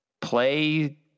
play